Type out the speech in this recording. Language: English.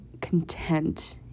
content